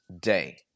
day